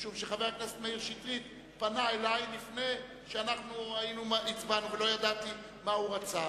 משום שחבר הכנסת שטרית פנה אלי לפני שהצבענו ולא ידעתי מה הוא רצה,